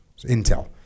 Intel